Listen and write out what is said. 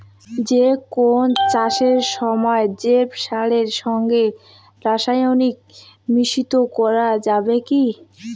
যে কোন চাষের সময় জৈব সারের সঙ্গে রাসায়নিক মিশ্রিত করা যাবে কি?